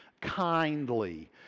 kindly